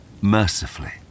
mercifully